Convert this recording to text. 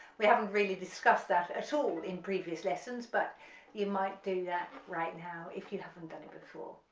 we haven't really discussed that at all in previous lessons but you might do that right now if you haven't done it before.